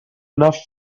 enough